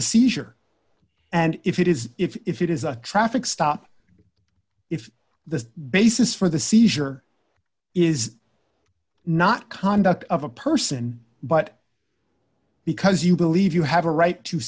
a seizure and if it is if it is a traffic stop if the basis for the seizure is not conduct of a person but because you believe you have a right to